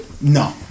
no